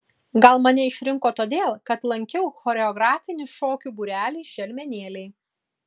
gal mane išrinko todėl kad lankiau choreografinį šokių būrelį želmenėliai